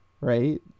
Right